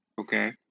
Okay